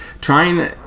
trying